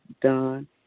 done